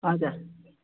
हजुर